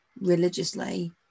religiously